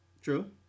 True